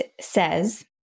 says